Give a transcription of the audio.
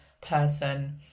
person